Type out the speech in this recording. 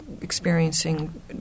experiencing